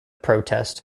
protest